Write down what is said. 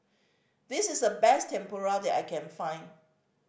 this is the best Tempura that I can find